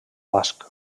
basc